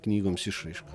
knygoms išraiška